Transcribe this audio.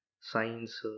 science